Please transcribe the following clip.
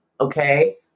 okay